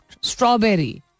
strawberry